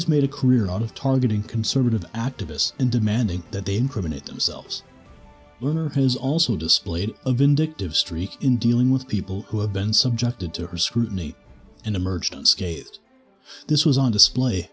has made a career out of targeting conservative activists and demanding that they incriminate themselves with his also displayed a vindictive streak in dealing with people who have been subjected to her scrutiny and emerged unscathed this was on display